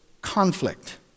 conflict